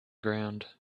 ground